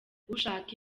ushaka